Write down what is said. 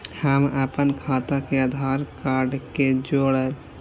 हम अपन खाता के आधार कार्ड के जोरैब?